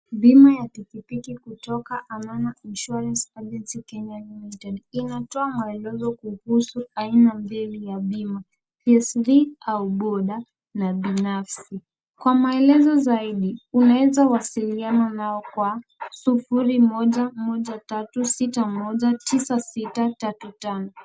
Bima ya pikipiki kutoka Amana Insurance Agency Kenya Limited inatoa maelezo kuhusu aina mbili ya bima: PSV, au Boda, na Binafsi. Kwa maelezo zaidi, unaweza kuwasiliana nao kwa 011 3619635.